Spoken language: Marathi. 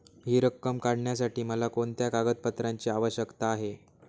हि रक्कम काढण्यासाठी मला कोणत्या कागदपत्रांची आवश्यकता आहे?